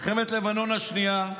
מלחמת לבנון השנייה,